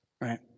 right